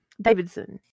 Davidson